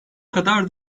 kadar